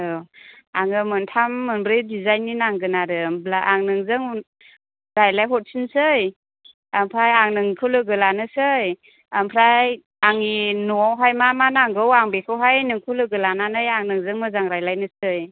औ आङो मोनथाम मोनब्रै दिजाइननि नांगोन आरो होमब्ला आं नोंजों रायलायहरफिनसै ओमफ्राय आं नोंखौ लोगो लानोसै ओमफ्राय आंनि न'आवहाय मा मा नांगौ आं बेखौहाय नोंखौ लोगो लानानै आं नोंजों मोजां रायलायनोसै